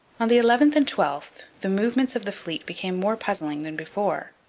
on the eleventh and twelfth the movements of the fleet became more puzzling than before.